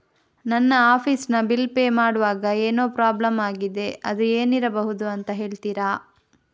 ನನ್ನ ಆಫೀಸ್ ನ bill pay ಮಾಡ್ವಾಗ ಏನೋ ಪ್ರಾಬ್ಲಮ್ ಆಗಿದೆ ಅದು ಏನಿರಬಹುದು ಅಂತ ಹೇಳ್ತೀರಾ?